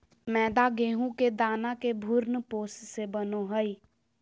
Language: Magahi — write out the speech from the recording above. मैदा गेहूं के दाना के भ्रूणपोष से बनो हइ